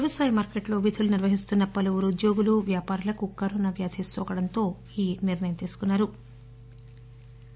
వ్యవసాయ మార్కెట్లో విధులు నిర్వహిస్తున్న పలువురు ఉద్యోగులు వ్యాపారులకు కరోనా వ్యాధి నోకడంతో ఈనిర్ణయం తీసుకున్నట్లు వివరించారు